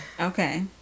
Okay